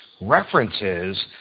references